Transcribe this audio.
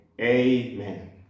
Amen